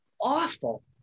awful